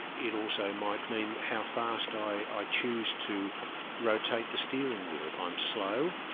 it also might mean how fast i i choose to rotate the steering wheel if i'm slow,